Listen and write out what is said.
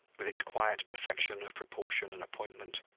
with its quiet perfection of proportion and appointment,